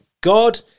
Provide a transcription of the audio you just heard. God